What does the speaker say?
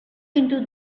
into